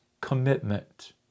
commitment